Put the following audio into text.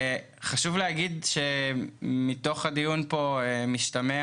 חשוב להגיד שמתוך הדיון פה משתמע